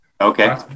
Okay